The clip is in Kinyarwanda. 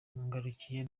ngarukiye